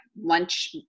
lunch